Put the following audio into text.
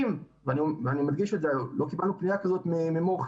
אני אוותר כרגע על דברי הפתיחה שלי.